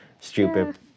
stupid